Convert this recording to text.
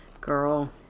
Girl